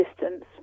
distance